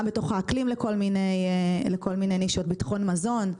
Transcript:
גם בתוך האקלים לכל מיני נישות: ביטחון מזון,